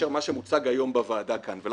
שמוצג היום בוועדה כאן, אני מוכרח להגיד.